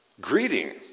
greeting